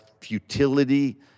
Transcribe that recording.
futility